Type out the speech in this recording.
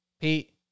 Pete